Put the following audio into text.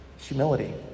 Humility